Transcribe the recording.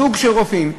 זוג שהם רופאים,